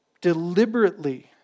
Deliberately